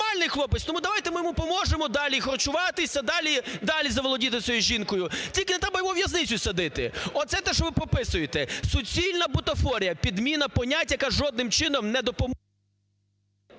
нормальних хлопець, тому давайте ми йому поможемо далі харчуватися, далі заволодіти цією жінкою. Тільки не треба його у в'язницю садити! Оце все, що ви прописуєте! Суцільна бутафорія, підміна понять, яка жодним чином не допомо…